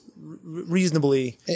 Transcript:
reasonably